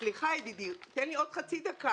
סליחה ידידי, תן לי עוד חצי דקה.